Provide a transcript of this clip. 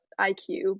IQ